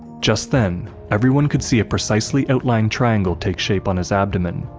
just then, everyone could see a precisely outlined triangle take shape on his abdomen,